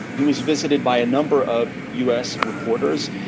he was visited by a number of us reporters,